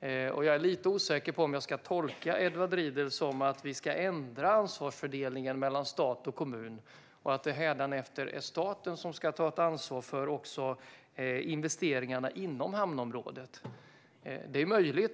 Jag är lite osäker på om jag ska tolka Edward Riedl som att vi ska ändra ansvarsfördelningen mellan stat och kommun och att det hädanefter är staten som ska ta ett ansvar också för investeringarna inom hamnområdet. Det är möjligt.